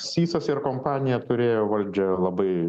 sysas ir kompanija turėjo valdžią labai